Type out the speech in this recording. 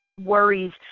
worries